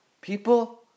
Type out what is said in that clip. People